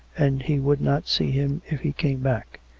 and he would not see him if he came back.